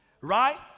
Right